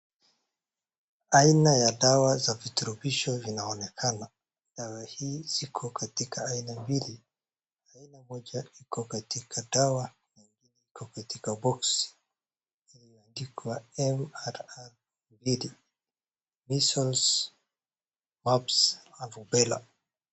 Aina ya dawa za virutubisho vinaonekana. Dawa hii ziko katika aina mbili, aina moja iko katiak dawa yenye iko katika boksi imeandikwa MRR mbili measles, mumps anrubela .